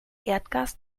erdgas